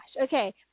Okay